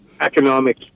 economic